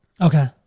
Okay